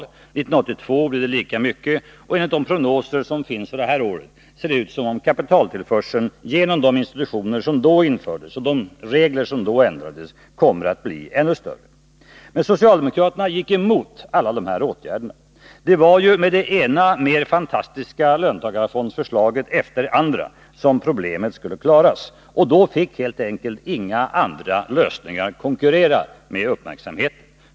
År 1982 blev det lika mycket, och enligt de prognoser som finns för det här året ser det ut som om kapitaltillförseln, genom de institutioner som då infördes och de regler som då ändrades, kommer att bli ännu större. Men socialdemokraterna gick emot alla dessa åtgärder. Det var ju med det ena mer fantastiska löntagarfondsförslaget än det andra som problemet skulle klaras. Då fick helt enkelt inga andra lösningar konkurrera om uppmärksamheten.